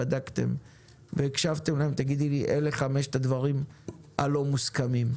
אחרי שבדקתם והקשבתם לגבי הדברים הלא מוסכמים.